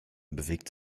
bewegt